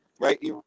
right